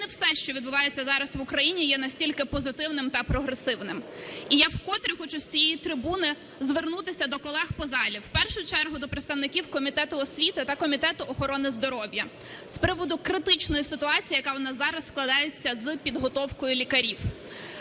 не все, що відбувається зараз в Україні є настільки позитивним та прогресивним. І я вкотре хочу з цієї трибуни звернутися до колег по залі, в першу чергу до представників Комітету освіти та Комітету охорони здоров'я, з приводу критичної ситуації, яка у нас зараз складається з підготовкою лікарів.